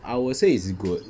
I would say is good